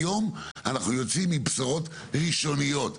היום אנחנו יוצאים עם בשורות ראשוניות,